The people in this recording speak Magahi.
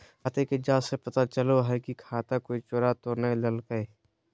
खाते की जाँच से पता चलो हइ की खाता कोई चोरा तो नय लेलकय